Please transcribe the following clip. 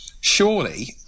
surely